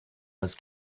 was